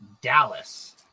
Dallas